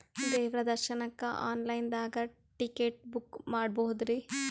ದೇವ್ರ ದರ್ಶನಕ್ಕ online ದಾಗ ಟಿಕೆಟ ಬುಕ್ಕ ಮಾಡ್ಬೊದ್ರಿ?